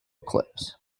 eclipse